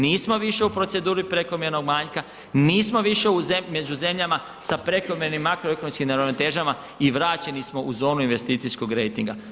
Nismo više u proceduri prekomjernog manjka, nismo više među zemljama sa prekomjernim makroekonomskim neravnotežama i vraćeni smo u zonu investicijskog rejtinga.